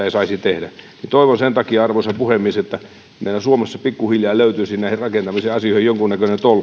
ei saisi tehdä toivon sen takia arvoisa puhemies että meillä suomessa pikkuhiljaa löytyisi näihin rakentamisen asioihin jonkunnäköinen tolkku